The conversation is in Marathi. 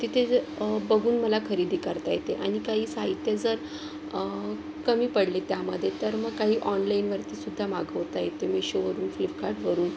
तिथे ज बघून मला खरेदी करता येते आणि काही साहित्य जर कमी पडले त्यामध्ये तर मग काही ऑनलाइनवरती सुद्धा मागवता येते मेशोवरून फ्लिपकार्टवरून